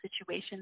situation